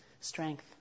strength